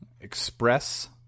express